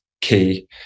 key